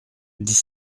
dix